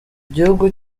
gihugu